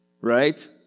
Right